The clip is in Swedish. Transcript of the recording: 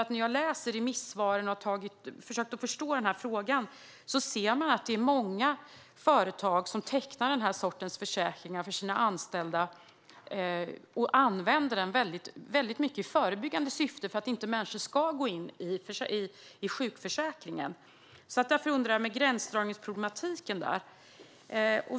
När jag har läst remissvaren och försökt förstå denna fråga har jag sett att det är många företag som tecknar denna sorts försäkringar för sina anställda och använder dem i förbyggande syfte för att människor inte ska gå in i sjukförsäkringen.